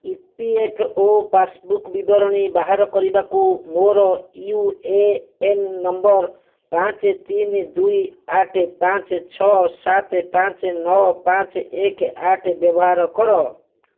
ଇ P F O passbook ବିବରଣୀ ବାହାର କରିବାକୁ ମୋର ୟୁ ଏ ଏନ୍ ନମ୍ବର୍ ପାଞ୍ଚ ତିନି ଦୁଇ ଆଠ ପାଞ୍ଚ ଛଅ ସାତ ପାଞ୍ଚ ନଅ ପାଞ୍ଚ ଏକ ଆଠ ବ୍ୟବହାର କର